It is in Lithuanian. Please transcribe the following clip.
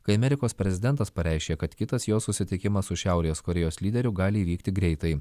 kai amerikos prezidentas pareiškė kad kitas jo susitikimas su šiaurės korėjos lyderiu gali įvykti greitai